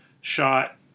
shot